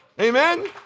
Amen